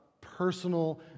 personal